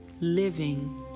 living